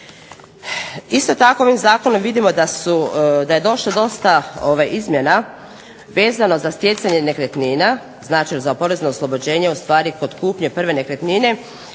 Isto tako ovim zakonom vidimo da je došlo dosta izmjena vezano za stjecanje nekretnina, znači za porezno oslobođenje ustvari kod kupnje prve nekretnine.